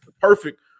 Perfect